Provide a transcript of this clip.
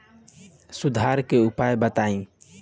सुधार के उपाय बताई?